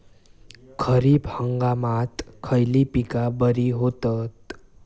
खरीप हंगामात खयली पीका बरी होतत?